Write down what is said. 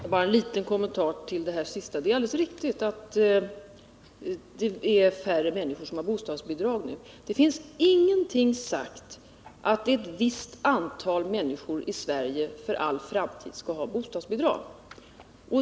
Herr talman! Bara en liten kommentar till det här senaste. Det är alldeles riktigt att det är färre människor som har bostadsbidrag nu. Det finns ingenting sagt om att ett visst antal människor i Sverige för all framtid skall ha bostadsbidrag.